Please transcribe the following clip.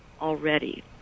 already